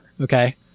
okay